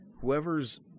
whoever's